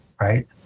right